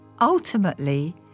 Ultimately